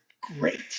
great